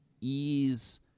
ease